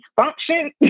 function